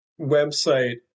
website